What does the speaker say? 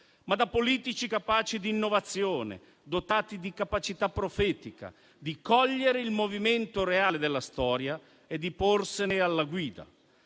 ma da politici capaci di innovazione, dotati di capacità profetica, di cogliere il movimento reale della storia e di porsene alla guida.